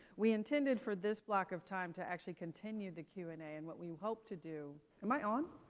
we intended for this block of time to actually continue the q and a. and what we hope to do am i on?